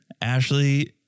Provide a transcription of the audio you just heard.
Ashley